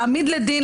להעמיד לדין,